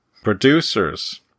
Producers